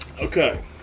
Okay